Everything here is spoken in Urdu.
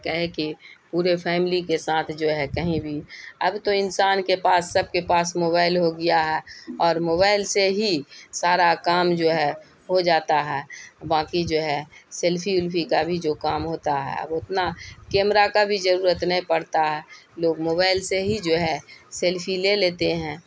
کیا ہے کہ پورے فیملی کے ساتھ جو ہے کہیں بھی اب تو انسان کے پاس سب کے پاس موبائل ہو گیا ہے اور موبائل سے ہی سارا کام جو ہے ہو جاتا ہے باقی جو ہے سیلفی ولفی کا بھی جو کام ہوتا ہے اب اتنا کیمرہ کا بھی ضرورت نہیں پڑتا ہے لوگ موبائل سے ہی جو ہے سیلفی لے لیتے ہیں